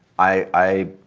i